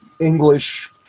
English